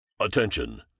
Attention